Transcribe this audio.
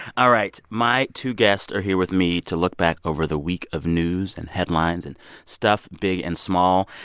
all right. my two guests are here with me to look back over the week of news and headlines and stuff big and small.